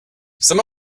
some